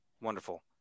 wonderful